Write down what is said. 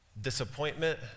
disappointment